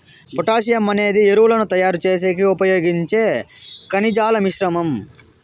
potassium అనేది ఎరువులను తయారు చేసేకి ఉపయోగించే ఖనిజాల మిశ్రమం